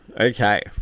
Okay